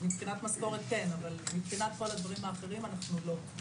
מבחינת משכורת כן אבל מבחינת כל הדברים האחרים אנחנו לא.